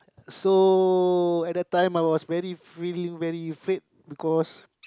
so at the time I was very really really afraid because